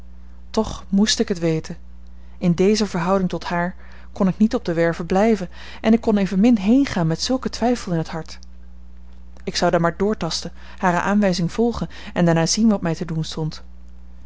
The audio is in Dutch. toch moest ik weten in deze verhouding tot haar kon ik niet op de werve blijven en ik kon evenmin heengaan met zulken twijfel in het hart ik zou dan maar doortasten hare aanwijzing volgen en daarna zien wat mij te doen stond